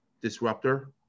disruptor